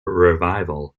revival